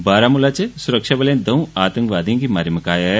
बारामुला च सुरक्षाबलें दंऊ आतंकवादिएं गी मारी मकाया ऐ